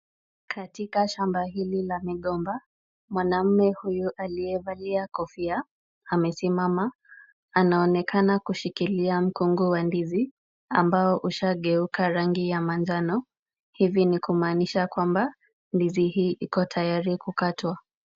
Katika shamba hili la migomba, mwanaume huyu aliyevalia kofia amesimama. Anaonekana kushikilia mkungu wa ndizi ambao ushageuka rangi ya manjano. Hivi ni kumaanisha kwamba ndizi hii iko tayari kukatwa.